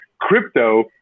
crypto